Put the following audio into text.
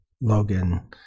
Logan